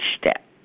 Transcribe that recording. step